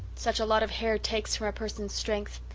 such a lot of hair takes from a person's strength.